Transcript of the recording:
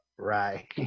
Right